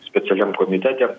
specialiam komitete